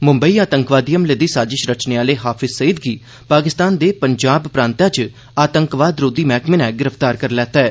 मुम्बई आतंकी हमले दी साजष रचने आले हाफिज़ सईद गी पाकिस्तान दे पंजाब प्रांतै च आतंकवाद रोधी मैहकमे नै गिरफ्तार करी लैता ऐ